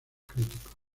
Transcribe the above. críticos